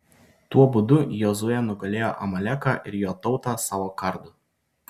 tuo būdu jozuė nugalėjo amaleką ir jo tautą savo kardu